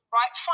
right